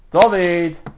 David